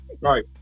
Right